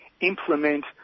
implement